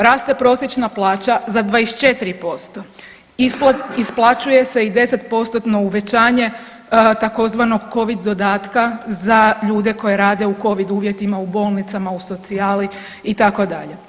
Raste prosječna plaća za 24%, isplaćuje se i 10%-tno uvećanje tzv. covid dodatka za ljude koji rade u covid uvjetima u bolnicama, u socijali itd.